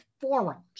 forums